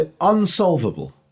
Unsolvable